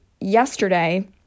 yesterday